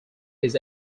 his